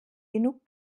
genug